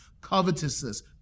covetousness